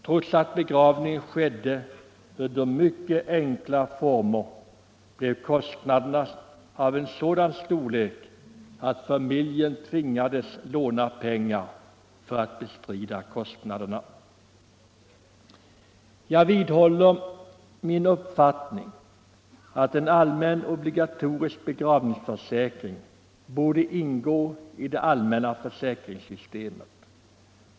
Trots att begravningen skedde under mycket enkla former blev kostnaderna av sådan storlek att familjen tvingades låna pengar för att bestrida dessa. Jag vidhåller min uppfattning att en allmän obligatorisk begravningsförsäkring borde ingå i det allmänna försäkringssystemet.